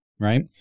right